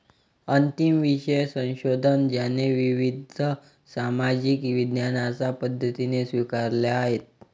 अंतिम विषय संशोधन ज्याने विविध सामाजिक विज्ञानांच्या पद्धती स्वीकारल्या आहेत